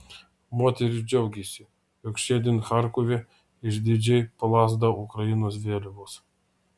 moteris džiaugiasi jog šiandien charkove išdidžiai plazda ukrainos vėliavos